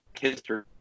history